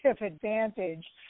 advantage